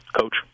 coach